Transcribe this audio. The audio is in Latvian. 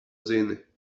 zini